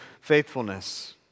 faithfulness